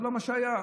זה לא מה שהיה.